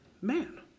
man